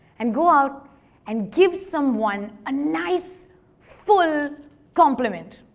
and go out and give someone a nice full compliment.